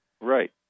Right